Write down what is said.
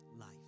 life